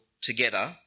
together